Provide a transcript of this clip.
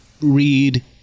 read